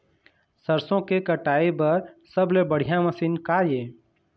सरसों के कटाई बर सबले बढ़िया मशीन का ये?